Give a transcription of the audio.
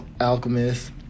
Alchemist